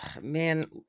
Man